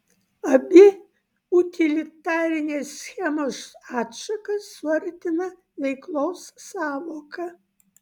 abi utilitarinės schemos atšakas suartina veiklos sąvoka